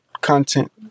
content